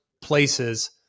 places